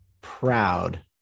proud